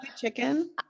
chicken